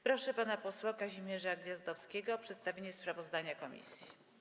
Proszę pana posła Kazimierza Gwiazdowskiego o przedstawienie sprawozdania komisji.